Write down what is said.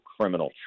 criminal